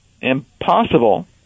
impossible